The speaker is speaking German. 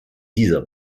dieser